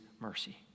mercy